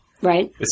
right